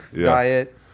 diet